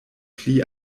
pli